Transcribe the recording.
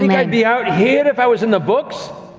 yeah i'd be out here if i was in the books?